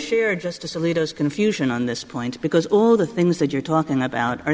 shared justice alito is confusion on this point because all the things that you're talking about are